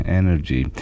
energy